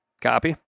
Copy